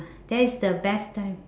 that is the best time